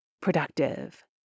productive